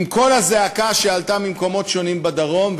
עם כל הזעקה שעלתה ממקומות שונים בדרום,